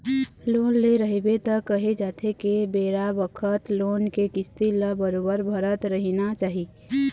loan ले रहिबे त केहे जाथे के बेरा बखत लोन के किस्ती ल बरोबर भरत रहिना चाही